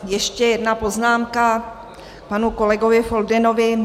Ještě jedna poznámka k panu kolegovi Foldynovi.